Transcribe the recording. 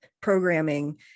programming